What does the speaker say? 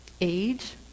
Age